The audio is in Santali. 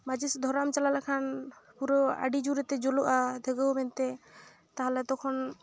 ᱢᱟᱪᱤᱥ ᱫᱷᱚᱨᱟᱣ ᱮᱢ ᱪᱟᱞᱟᱣ ᱞᱮᱱᱠᱷᱟᱱ ᱯᱩᱨᱳ ᱟᱹᱰᱤ ᱡᱳᱨᱮᱛᱮ ᱡᱳᱞᱳᱜᱼᱟ ᱫᱟᱹᱜᱟᱹᱣ ᱢᱮᱱᱛᱮ ᱛᱟᱦᱞᱮ ᱛᱚᱠᱷᱚᱱ